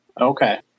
okay